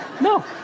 No